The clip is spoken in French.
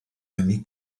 ami